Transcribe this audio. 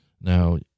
Now